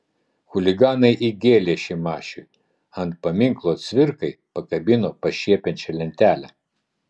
chuliganai įgėlė šimašiui ant paminklo cvirkai pakabino pašiepiančią lentelę